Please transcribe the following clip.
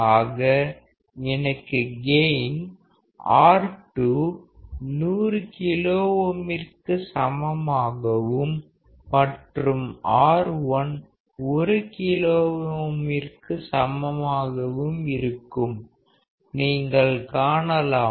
ஆக எனக்கு gain R2 100K க்கு சமமாகவும் மற்றும் R1 1K க்கு சமமாக இருக்கும் நீங்கள் காணலாம்